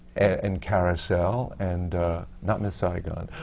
and carousel. and not miss saigon.